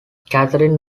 catherine